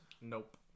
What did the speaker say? Nope